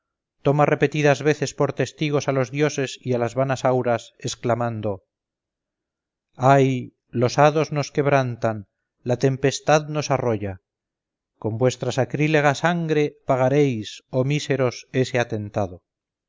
toma repetidas veces por testigos a los dioses y a las vanas auras exclamando ay los hados nos quebrantan la tempestad nos arrolla con vuestra sacrílega sangre pagaréis oh míseros ese atentado